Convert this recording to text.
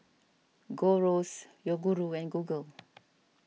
Gold Roast Yoguru and Google